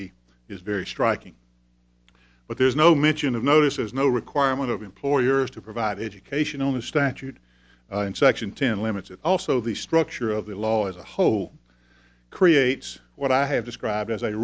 b is very striking but there's no mention of notices no requirement of employers to provide education on the statute and section ten limits and also the structure of the law as a whole creates what i have described as